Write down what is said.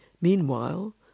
Meanwhile